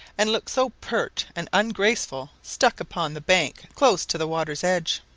and look so pert and ungraceful stuck upon the bank close to the water's edge.